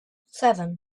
seven